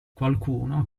qualcuno